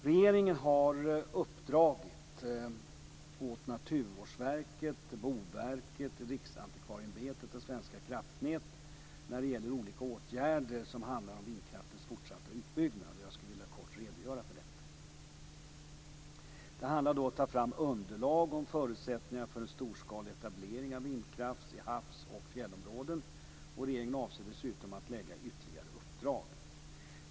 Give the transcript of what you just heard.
Regeringen har givit uppdrag åt Naturvårdsverket, Boverket, Riksantikvarieämbetet och Svenska Kraftnät när det gäller olika åtgärder som handlar om vindkraftens fortsatta utbyggnad, och jag skulle vilja kort redogöra för detta. Det handlar om att ta fram underlag och om förutsättningar för en storskalig etablering av vindkraft i havs och fjällområden. Regeringen avser dessutom att lägga ytterligare uppdrag.